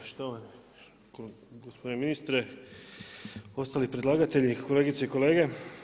Štovani gospodine ministre, ostali predlagatelji, kolegice i kolege.